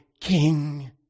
King